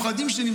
כי יש גם